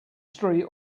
street